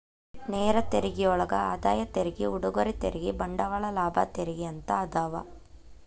ನೇರ ತೆರಿಗೆಯೊಳಗ ಆದಾಯ ತೆರಿಗೆ ಉಡುಗೊರೆ ತೆರಿಗೆ ಬಂಡವಾಳ ಲಾಭ ತೆರಿಗೆ ಅಂತ ಅದಾವ